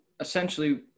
essentially